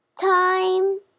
Time